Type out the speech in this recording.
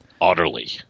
Utterly